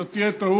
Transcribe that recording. זאת תהיה טעות.